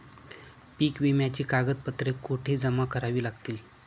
पीक विम्याची कागदपत्रे कुठे जमा करावी लागतील?